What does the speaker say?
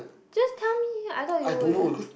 just tell me I thought you would